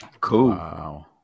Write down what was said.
Cool